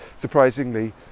surprisingly